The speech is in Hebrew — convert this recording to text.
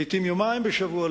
לעתים יומיים בשבוע,